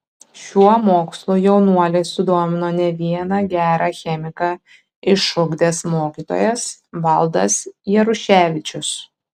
šiuo mokslu jaunuolį sudomino ne vieną gerą chemiką išugdęs mokytojas valdas jaruševičius